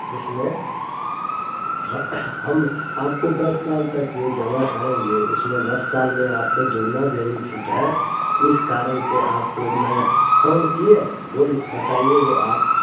इसमें ह हम आपको दस साल तक जो जमा करेंगे उसमें दस साल में आपको दूना बेनिफिट है इस कारण से आपको मैं फोन किए हैं बोली बताइए जो आप